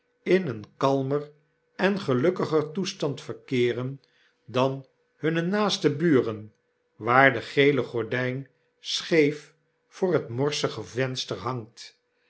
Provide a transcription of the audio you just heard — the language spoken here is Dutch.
in een kalmer en gelukkiger toestand verkeeren dan hunne naaste buren waar de gele gordyn scheef voor het morsige venster hangt